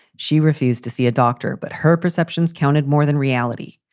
she refused to see a doctor, but her perceptions counted more than reality.